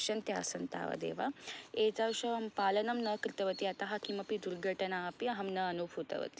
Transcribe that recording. पश्यन्ति आसन् तावदेव एतासां पालनं न कृतवती अतः किमपि दुर्घटना अपि अहं न अनुभूतवती